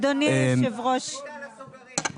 שליטה על הסוגרים.